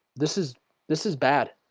this is this is bad